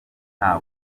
nta